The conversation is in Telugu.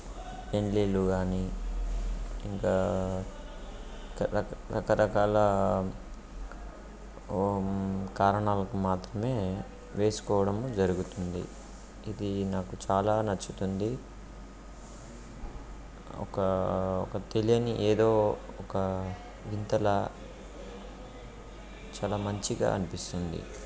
పెళ్ళిళ్ళు కానీ ఇంకా ఇంకా రక రకరకాల కారణాలకు మాత్రమే వేసుకోవడం జరుగుతుంది ఇది నాకు చాలా నచ్చుతుంది ఒక ఒక తెలియని ఏదో ఒక వింతలాగా చాలా మంచిగా అనిపిస్తుంది